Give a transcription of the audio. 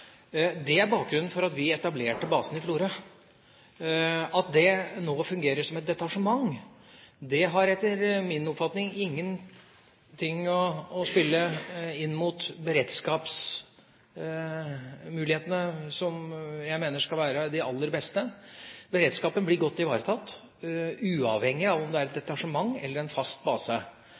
Det er bakgrunnen for at vi etablerte basen i Florø. At det nå fungerer som et detasjement, har etter min oppfatning ingenting å si med hensyn til beredskapsmulighetene som jeg mener skal være de aller beste. Beredskapen blir godt ivaretatt, uavhengig av om det er et detasjement eller en fast base.